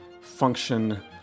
function